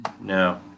No